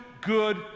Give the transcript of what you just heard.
good